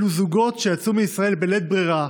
אלו זוגות שיצאו מישראל בלית ברירה,